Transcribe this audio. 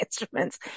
instruments